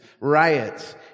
riots